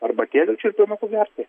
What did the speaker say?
arbatėlių čiulpinukų gerklei